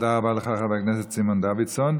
תודה רבה לחבר הכנסת סימון דוידסון.